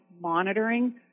monitoring